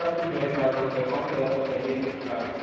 सब कुछ मेरे पास बुक है कौन सी आपको चाहिए किस क्लास की